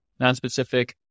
Nonspecific